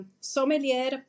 sommelier